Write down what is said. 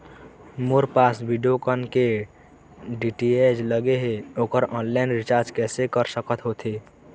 मोर पास वीडियोकॉन के डी.टी.एच लगे हे, ओकर ऑनलाइन रिचार्ज कैसे कर सकत होथे?